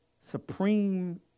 supreme